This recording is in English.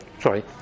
Sorry